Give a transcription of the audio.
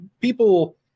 people